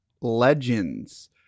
legends